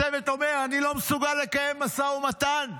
הצוות אומר: אני לא מסוגל לקיים משא ומתן,